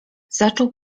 zaczął